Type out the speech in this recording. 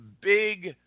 big